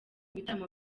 bitaramo